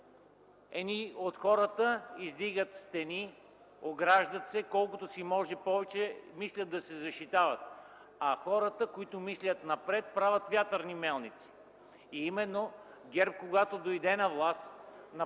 едни от хората издигат стени, ограждат се колкото се може повече и мислят да се защитават, а хората, които мислят напред, правят вятърни мелници”. Именно ГЕРБ, когато дойде на власт, каза,